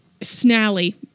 Snally